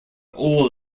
all